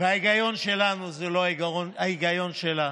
ההיגיון שלנו זה לא ההיגיון שלה.